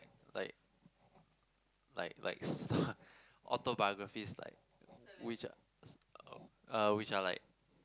like like like autobiographies like which uh which are like